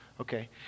okay